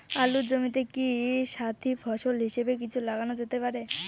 আলুর জমিতে কি সাথি ফসল হিসাবে কিছু লাগানো যেতে পারে?